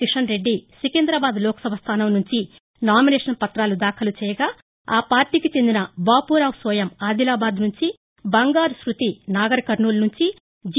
కిషన్రెడ్డి సికింద్రాబాద్ లోక్సభ స్థానంనుంచి నామినేషన్ పత్రాలు దాఖలు చేయగా ఆ పార్లీకి చెందిన బాపూరావు సోయం ఆదిలాబాద్ నుంచి బంగారు శ్భతి నగర్ కర్నూలు నుంచి జి